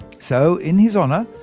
so in his honour,